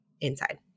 inside